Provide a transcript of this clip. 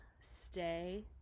Stay